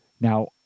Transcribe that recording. Now